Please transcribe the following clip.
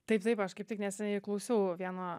taip taip aš kaip tik neseniai klausiau vieno